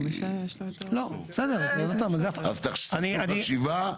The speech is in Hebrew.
אז תעשו חשיבה.